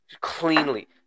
cleanly